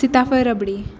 सिताफळ रबडी